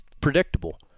predictable